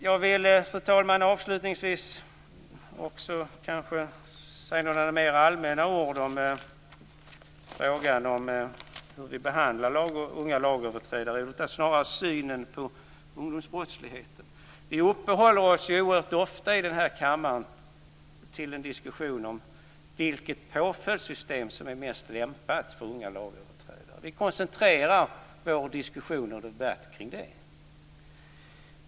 Jag vill, fru talman, avslutningsvis säga några mer allmänna ord om hur vi behandlar unga lagöverträdare, eller snarare synen på ungdomsbrottsligheten. Vi uppehåller oss oerhört ofta i den här kammaren vid en diskussion om vilket påföljdssystem som är mest lämpat för unga lagöverträdare. Vi koncentrerar vår diskussion och debatt kring det.